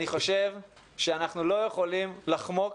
אני חושב שאנחנו לא יכולים לחמוק